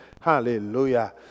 Hallelujah